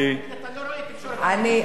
אתה ראית את מסעוד גנאים בהפגנה נגד אלה,